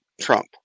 Trump